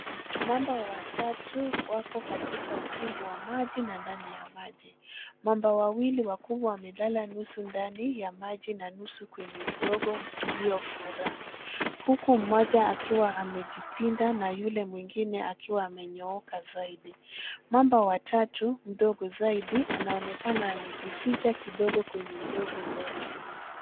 Mamba watatu wako katika ukingo wa maji na ndani ya maji. Mamba wawili wakubwa wamelala nusu ndani ya maji na nusu kwenye udongo uliofura, huku mmoja akiwa amejipinda na yule mwingine akiwa amenyooka zaidi. Mamba wa tatu mdogo zaidi anaonekana amejificha kidogo kwenye udongo mbele.